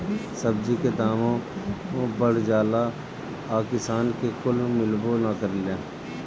सब्जी के दामो बढ़ जाला आ किसान के कुछ मिलबो ना करेला